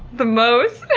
the most.